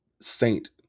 saint